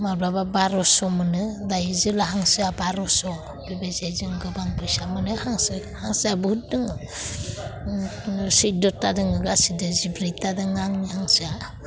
माब्लाबा बार'स' मोनो ओमफ्राय जोला हांसोआ बार'स' बेबायसायै जों गोबां फैसा मोनो हांसो हांसोया बुहुद दोङो सुइद्द'था दोङो गासैदो जिब्रैथा दोङो आंनिया हांसोआ